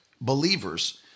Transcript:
believers